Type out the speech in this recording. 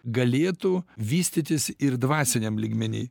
galėtų vystytis ir dvasiniam lygmeny